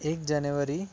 एक जानेवारी